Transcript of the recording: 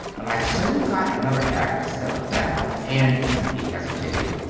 and i soon got another act instead of that one and he hesitated.